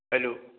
hello